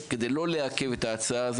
כדי לא לעכב את ההצעה.